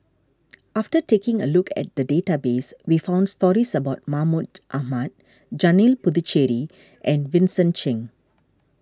after taking a look at the database we found stories about Mahmud Ahmad Janil Puthucheary and Vincent Cheng